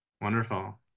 Wonderful